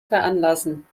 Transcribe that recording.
veranlassen